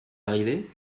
arrivé